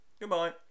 Goodbye